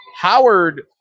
howard